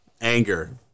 Anger